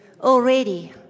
already